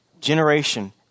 generation